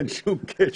אין שום קשר.